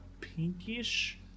pinkish